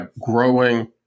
growing